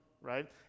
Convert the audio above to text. right